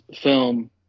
film